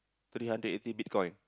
today hundred eighty bitcoin